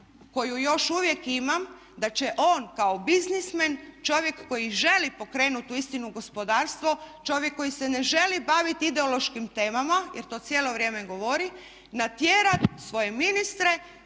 koju još uvijek imam da će on kao biznismen čovjek koji uistinu želi pokrenuti gospodarstvo, čovjek koji se ne želi baviti ideološkim temama jer to cijelo vrijeme govori natjerat svoje ministre